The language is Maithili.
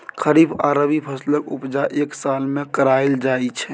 खरीफ आ रबी फसलक उपजा एक साल मे कराएल जाइ छै